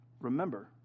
remember